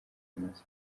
genocide